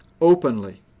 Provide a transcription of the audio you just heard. openly